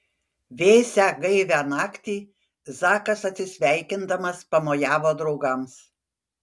vėsią gaivią naktį zakas atsisveikindamas pamojavo draugams